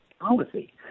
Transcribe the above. policy